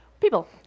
people